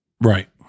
Right